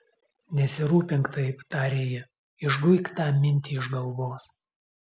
nesirūpink taip tarė ji išguik tą mintį iš galvos